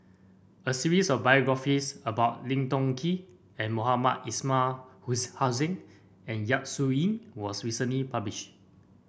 a series of biographies about Lim Tiong Ghee and Mohamed Ismail Huhasin and Yap Su Yin was recently published